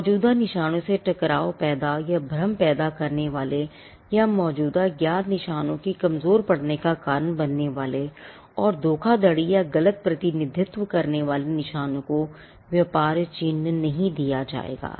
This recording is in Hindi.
मौजूदा निशानों से टकराव पैदा या भ्रम पैदा करने वाले या मौजूदा ज्ञात निशानों के कमजोर पड़ने का कारण बनने वाले और धोखाधड़ी या गलत प्रतिनिधित्व करने वाले निशानों को व्यापार चिह्न नहीं दिया जाएगा